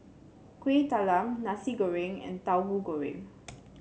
Kueh Talam Nasi Goreng and Tahu Goreng